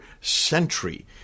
century